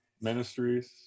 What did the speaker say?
Ministries